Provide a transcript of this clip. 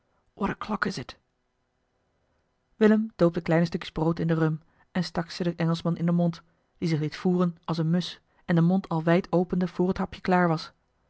o clock is het illem doop de kleine stukjes brood in de rum en stak ze den engelschman in den mond die zich liet voeren als eene musch en den mond al wijd opende voor het hapje klaar was